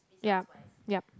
ya ya